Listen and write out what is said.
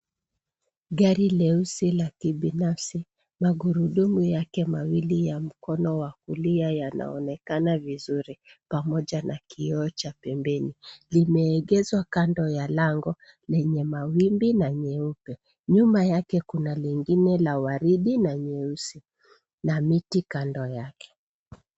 Gari leusi la kibinafsi, magurudumu yake mawili mkono wa kulia yanaonekana vizuri pamoja na kioo cha pembeni . Limeegezwa kando ya lango lenye mawimbi na nyeupe . Nyuma yake kuna lingine la waridi na nyeusi na miti kando yake.